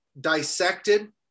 dissected